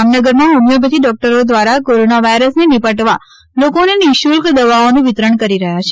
જામનગરમાં હોમિયોપેથી ડોકટરો દ્રારા કોરોના વાઇરસને નિપટવા લોકોને નિઃશુલ્ક દવાઓનું વિતરણ કરી રહ્યા છે